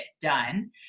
done